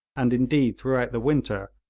and indeed throughout the winter,